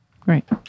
Great